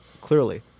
clearly